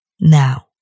now